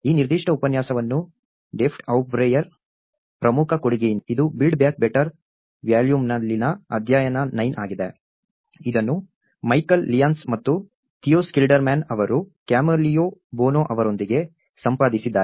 ಆದ್ದರಿಂದ ಈ ನಿರ್ದಿಷ್ಟ ಉಪನ್ಯಾಸವನ್ನು ಡೈಫೆಡ್ ಆಬ್ರೆಯವರ ಪ್ರಮುಖ ಕೊಡುಗೆಯಿಂದ ಪಡೆಯಲಾಗಿದೆ ಇದು ಬಿಲ್ಡ್ ಬ್ಯಾಕ್ ಬೆಟರ್ ವಾಲ್ಯೂಮ್ನಲ್ಲಿನ ಅಧ್ಯಾಯ 9 ಆಗಿದೆ ಇದನ್ನು ಮೈಕಲ್ ಲಿಯಾನ್ಸ್ ಮತ್ತು ಥಿಯೋ ಸ್ಕಿಲ್ಡರ್ಮ್ಯಾನ್ ಅವರು ಕ್ಯಾಮಿಲ್ಲೊ ಬೋನೊ ಅವರೊಂದಿಗೆ ಸಂಪಾದಿಸಿದ್ದಾರೆ